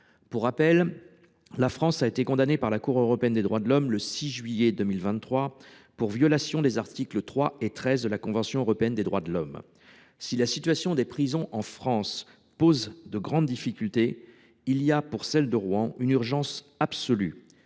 Pour rappel, la France a été condamnée par la Cour européenne des droits de l’homme le 6 juillet 2023 pour violation des articles 3 et 13 de la Convention européenne des droits de l’homme. Si la situation des prisons en France pose de grandes difficultés, il y a, pour celle de Rouen, une urgence absolue.